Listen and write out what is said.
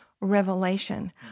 revelation